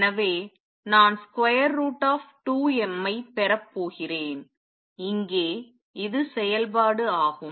எனவே நான்√ ஐ பெறப் போகிறேன் இங்கே இது செயல்பாடாகும்